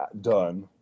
done